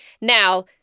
Now